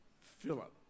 Philip